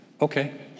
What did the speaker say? Okay